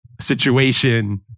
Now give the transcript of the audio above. situation